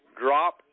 drop